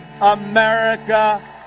America